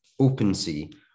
OpenSea